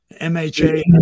MHA